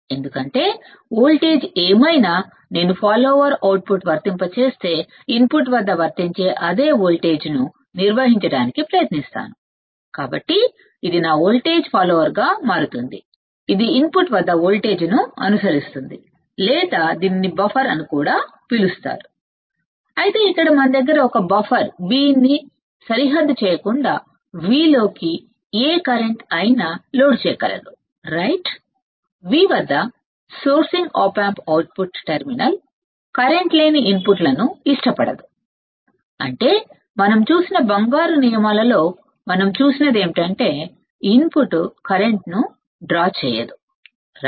ఎందుకంటే నేను ఏ వోల్టేజ్ అప్లై చేసినా అవుట్పుట్ అదే వోల్టేజ్ ను నిర్వహించడానికి ప్రయత్నిస్తుంది ఏదైతే ఇన్పుట్ కి అనువర్తించించబడిందో కాబట్టి ఇది నా వోల్టేజ్ ఫాలోవర్ గా మారుతుంది ఇది ఇన్పుట్ వద్ద వోల్టేజ్ను అనుసరిస్తుంది లేదా దీనిని బఫర్ అని కూడా పిలుస్తారు ఐతే ఇక్కడ మన దగ్గర ఒక బఫర్ Vin ని సరిహద్దు చేయకుండా V లోకి ఏ కరెంటు అయినా లోడ్ చేయగలదు సరే V వద్ద sourcing op amp output terminal current లేని ఇన్పుట్లను ఇష్టపడదు అంటే మనం చూసిన బంగారు నియమాలలో మనం చూసినది ఏమిటంటే ఇన్పుట్ కరెంట్ను డ్రా చేయదు సరే